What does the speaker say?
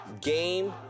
Game